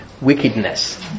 Wickedness